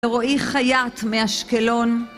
ורואי חיית מהשקלון